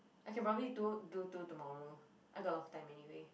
I can probably do do two tomorrow I got a lot of time anyway